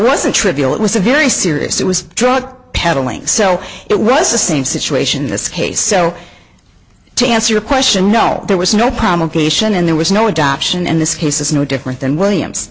wasn't trivial it was a very serious it was drug peddling so it was the same situation in this case to answer your question no there was no problem creation and there was no adoption and this case is no different than williams